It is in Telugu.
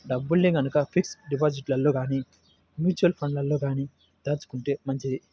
డబ్బుల్ని గనక ఫిక్స్డ్ డిపాజిట్లలో గానీ, మ్యూచువల్ ఫండ్లలో గానీ దాచుకుంటే మంచిది